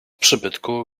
przybytku